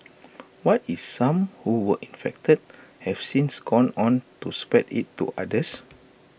what if some who were infected have since gone on to spread IT to others